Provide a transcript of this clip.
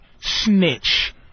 snitch